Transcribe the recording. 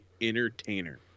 entertainer